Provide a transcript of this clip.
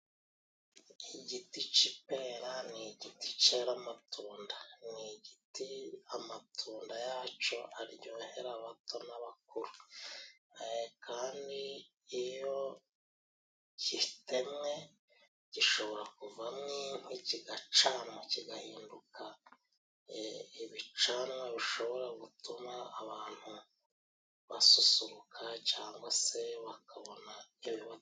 Igiti c'ipera :ni igiti cera amatunda, ni igiti amatunda yaco aryohera abato n'abakuru, ee kandi iyo gitemwe gishobora kuvamo inkwi, kigacanwa kigahinduka ibicanwa bishobora gutuma abantu basusuruka ,cyangwa se bakabona ibiba..